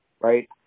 right